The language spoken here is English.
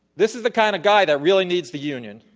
this is the kind of guy that really needs the union.